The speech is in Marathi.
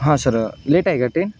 हां सर लेट आहे का ते